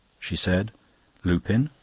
she said lupin,